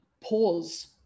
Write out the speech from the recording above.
pause